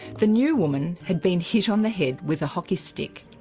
the new woman had been hit on the head with a hockey stick.